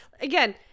Again